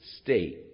state